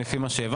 לפי מה שהבנתי,